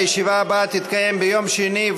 הישיבה הבאה תתקיים ביום שני,